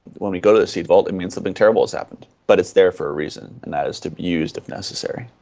when we go to the seed vault it means something terrible has happened. but it's there for a reason, and that is to be used if necessary.